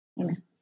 Amen